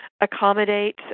accommodate